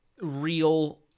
real